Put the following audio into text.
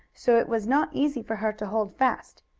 so it was not easy for her to hold fast.